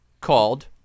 called